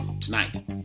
tonight